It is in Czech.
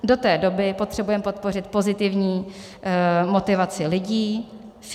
Do té doby potřebujeme podpořit pozitivní motivaci lidí, firem.